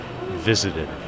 visited